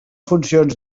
funcions